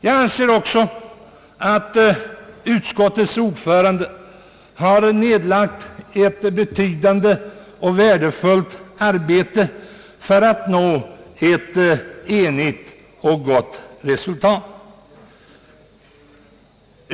Jag anser också att utskottets ordförande har nedlagt ett betydande och värdefullt arbete för att nå enighet och ett gott resultat.